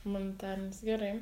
humanitarinis gerai